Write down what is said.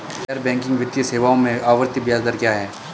गैर बैंकिंग वित्तीय सेवाओं में आवर्ती ब्याज दर क्या है?